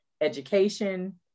education